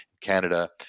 Canada